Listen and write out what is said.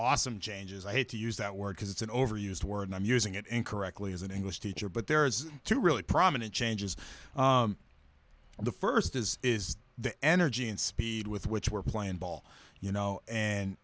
awesome changes i hate to use that word because it's an overused word and i'm using it incorrectly as an english teacher but there are two really prominent changes and the first is is the energy and speed with which we're playing ball you know and